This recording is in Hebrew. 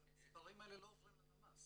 אבל המספרים האלה לא עוברים ללמ"ס.